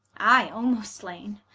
i almost slaine,